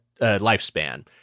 lifespan